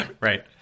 Right